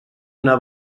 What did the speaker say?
una